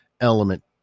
element